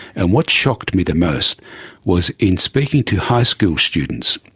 and what shocked me the most was in speaking to high school students,